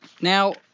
Now